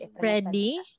Ready